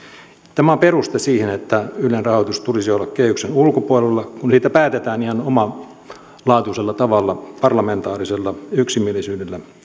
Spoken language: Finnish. tämä on peruste siihen että ylen rahoituksen tulisi olla kehyksen ulkopuolella kun siitä päätetään ihan omalaatuisella tavalla parlamentaarisella yksimielisyydellä